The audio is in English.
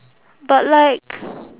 but like